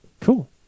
Cool